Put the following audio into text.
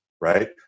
right